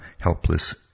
helpless